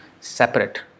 separate